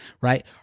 Right